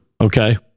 Okay